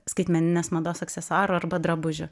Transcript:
skaitmeninės mados aksesuarų arba drabužių